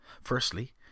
Firstly